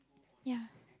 ya